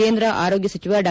ಕೇಂದ್ರ ಆರೋಗ್ಯ ಸಚಿವ ಡಾ